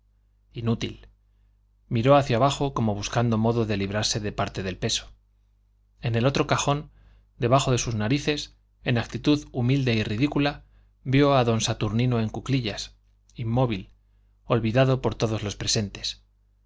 inútil miró hacia abajo como buscando modo de librarse de parte del peso en el otro cajón debajo de sus narices en actitud humilde y ridícula vio a don saturnino en cuclillas inmóvil olvidado por todos los presentes